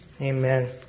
Amen